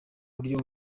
buryo